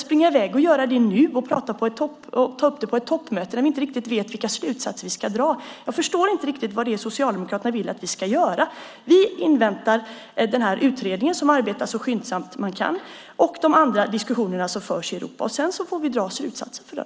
Men när det gäller detta med att springa i väg och att ta upp det på ett toppmöte när vi inte riktigt vet vilka slutsatser vi ska dra förstår jag inte riktigt vad Socialdemokraterna vill att vi ska göra. Vi inväntar utredningen, som arbetar så skyndsamt som det går, och övriga diskussioner som förs i Europa. Sedan får vi dra slutsatser av det.